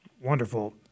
Wonderful